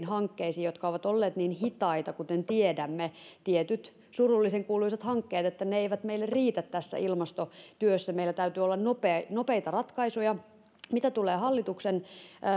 hankkeisiin jotka ovat olleet niin hitaita kuten tiedämme tietyt surullisen kuuluisat hankkeet että ne eivät meille riitä tässä ilmastotyössä meillä täytyy olla nopeita ratkaisuja mitä tulee hallituksen